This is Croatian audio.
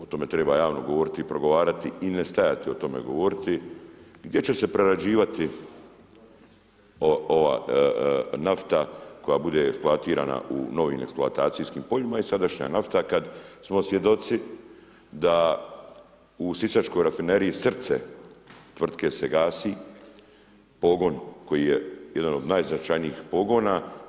O tome treba javno govoriti i progovarati i ne stajati o tome govoriti gdje će se prerađivati ova nafta koja bude eksploatirana u novim eksploatacijskim poljima i sadašnja nafta kad smo svjedoci da u Sisačkoj rafineriji srce tvrtke se gasi, pogon koji je jedan od najznačajnijih pogona.